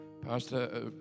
Pastor